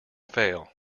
fail